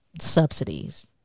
subsidies